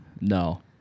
No